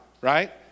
right